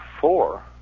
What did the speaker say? four